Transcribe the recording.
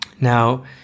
Now